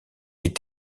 est